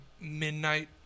midnight